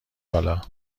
بالا